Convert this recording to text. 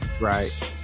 Right